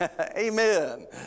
amen